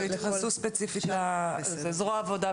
זרוע העבודה,